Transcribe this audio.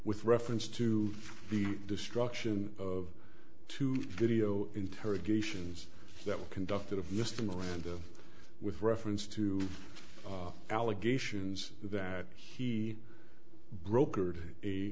with reference to the destruction of two video interrogations that were conducted of mr miranda with reference to allegations that he brokered a